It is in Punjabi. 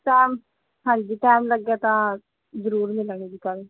ਟਾਈਮ ਹਾਂਜੀ ਟਾਈਮ ਲੱਗਿਆ ਤਾਂ ਜ਼ਰੂਰ ਮਿਲਾਂਗੇ ਜੀ ਕੱਲ੍ਹ